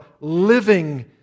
living